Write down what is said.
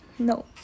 No